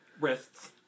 wrists